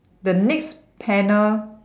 the next panel